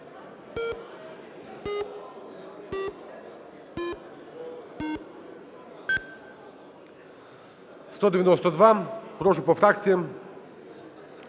За-192 Прошу по фракціям.